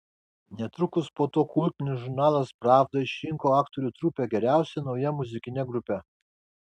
netrukus po to kultinis žurnalas pravda išrinko aktorių trupę geriausia nauja muzikine grupe